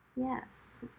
yes